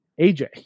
AJ